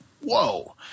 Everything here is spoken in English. Whoa